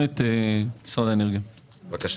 בבקשה.